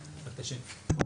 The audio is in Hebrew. (א)